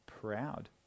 proud